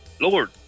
Lord